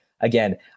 again